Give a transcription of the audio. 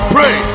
Pray